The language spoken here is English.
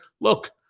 look